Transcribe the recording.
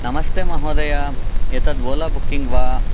नमस्ते महोदय एतत् ओला बुक्किङ्ग् वा